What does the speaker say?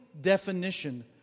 definition